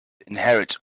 inherit